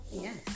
yes